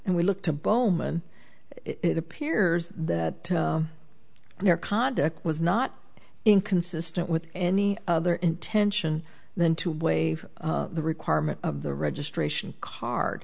and we look to bowman it appears that their conduct was not inconsistent with any other intention than to waive the requirement of the registration card